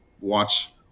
watch